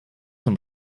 zum